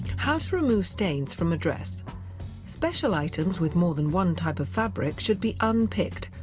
how to remove stains from a dress special items with more than one type of fabric should be unpicked,